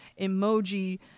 emoji